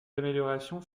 améliorations